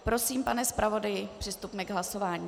Prosím, pane zpravodaji, přistupme k hlasování.